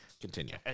Continue